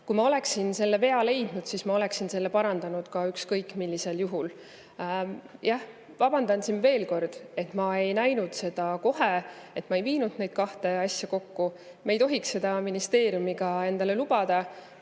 Kui ma oleksin selle vea leidnud, siis ma oleksin selle parandanud ükskõik millisel juhul. Jah, vabandan siin veel kord, et ma ei näinud seda kohe, et ma ei viinud neid kahte asja kokku. Me ei tohiks seda ministeeriumiga endale lubada,